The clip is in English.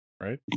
right